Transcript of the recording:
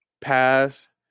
pass